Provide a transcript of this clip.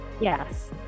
yes